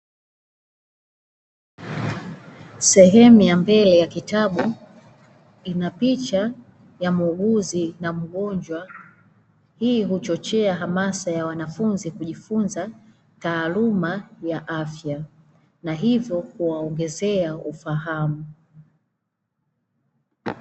Sehemu ya mbele ya kitabu ina picha ya muuguzi na mgonjwa, hii huchochea hamasa ya wanafunzi kujifunza taaluma ya afya na hivyo kuwaongezea ufahamu.